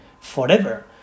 forever